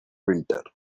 winter